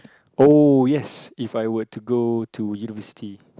oh yes If I were to go to university